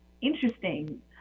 interesting